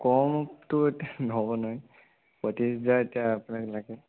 কমটো এতিয়া নহ'ব নহয় পঁয়ত্ৰিশ হাজাৰত এতিয়া আপোনাক লাগে